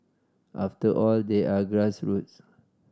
after all they are grassroots